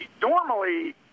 normally